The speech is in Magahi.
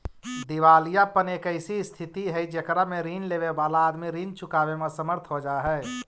दिवालियापन एक ऐसा स्थित हई जेकरा में ऋण लेवे वाला आदमी ऋण चुकावे में असमर्थ हो जा हई